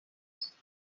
است